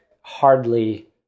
hardly